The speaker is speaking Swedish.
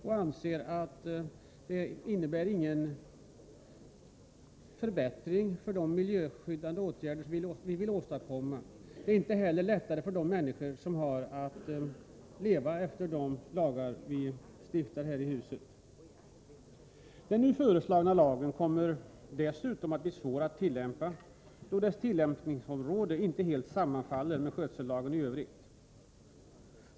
Vi anser inte att det innebär någon förbättring av de miljöskyddande åtgärder vi vill åstadkomma. Det blir inte heller lättare för de människor som har att leva efter de lagar vi stiftar här i riksdagen. Den nu föreslagna lagen kommer dessutom att bli svår att tillämpa, då dess tillämpningsområde inte helt sammanfaller med skötsellagen i övrigt.